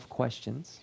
questions